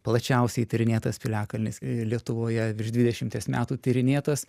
plačiausiai tyrinėtas piliakalnis lietuvoje virš dvidešimties metų tyrinėtas